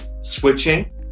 switching